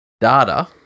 data